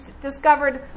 discovered